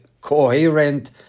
coherent